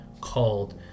called